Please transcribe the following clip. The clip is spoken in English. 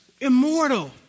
Immortal